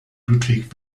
ludwig